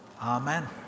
amen